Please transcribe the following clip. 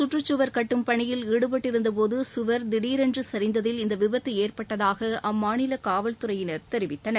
கற்றுச்சுவர் கட்டும் பணியில் ஈடுபட்டிருந்தபோது சுவர் தீடரென்று சரிந்ததில் இந்த விபத்து ஏற்பட்டதாக அம்மாநில காவல்துறையினர் தெரிவித்தனர்